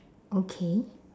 okay